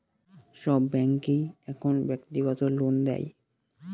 সব ব্যাঙ্কই এখন ব্যক্তিগত লোন দেয়